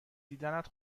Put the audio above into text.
دیدنت